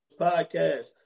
podcast